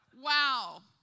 Wow